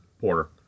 porter